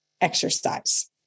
exercise